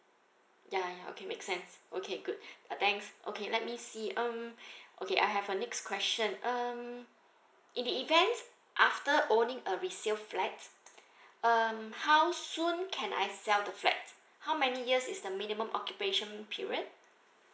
ya okay make sense okay good thanks okay let me see um okay I have a next question um in the event after owning a resale flat um how soon can I sell the flat how many years is the minimum occupation period